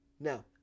now